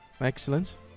Excellent